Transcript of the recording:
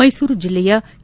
ಮೈಸೂರು ಜಿಲ್ಲೆಯ ಕೆ